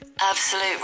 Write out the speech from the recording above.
Absolute